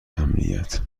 امنیت